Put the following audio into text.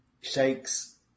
Shakes